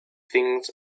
things